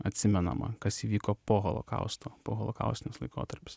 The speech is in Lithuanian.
atsimenama kas įvyko po holokausto poholokaustinis laikotarpis